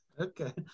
Okay